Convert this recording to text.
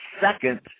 Second